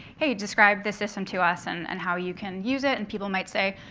hey, describe this system to us, and and how you can use it. and people might say,